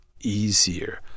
easier